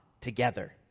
together